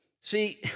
See